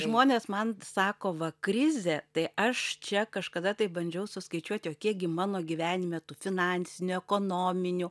žmonės man sako va krizė tai aš čia kažkada tai bandžiau suskaičiuoti o kiek gi mano gyvenime tų finansinių ekonominių